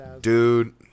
dude